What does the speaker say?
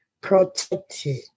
protected